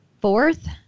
fourth